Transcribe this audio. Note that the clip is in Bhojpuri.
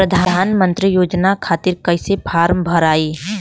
प्रधानमंत्री योजना खातिर कैसे फार्म भराई?